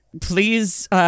Please